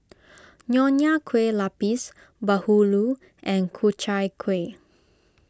Nonya Kueh Lapis Bahulu and Ku Chai Kueh